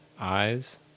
eyes